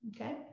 Okay